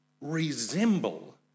resemble